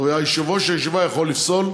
יושב-ראש הישיבה יכול לפסול,